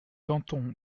tanton